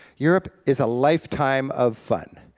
europe is a lifetime of fun.